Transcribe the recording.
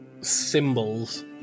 symbols